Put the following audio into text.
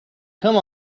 come